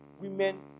women